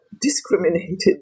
discriminated